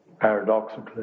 paradoxically